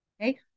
okay